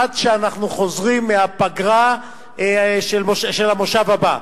עד שאנחנו חוזרים מהפגרה של הכנס הבא.